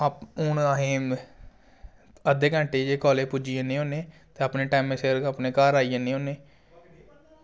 हून असें अद्धे घैंटे च गै कॉलेज पुज्जी जन्ने होन्ने ते अपने टाईम सिर अपने घर आई जन्ने होन्ने